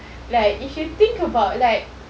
like if you think about like